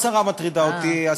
לא השרה מטרידה אותי.